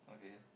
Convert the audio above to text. okay